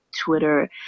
Twitter